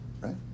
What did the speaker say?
right